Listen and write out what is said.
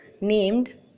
named